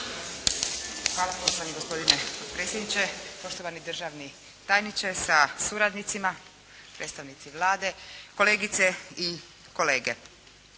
Hvala lijepo gospodine potpredsjedniče, poštovani državni tajniče sa suradnicima, predstavnici Vlade, kolegice i kolege.